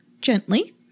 gently